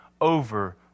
over